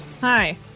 Hi